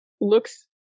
looks